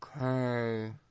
Okay